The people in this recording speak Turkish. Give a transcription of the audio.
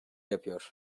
yapıyor